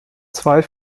zwei